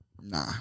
Nah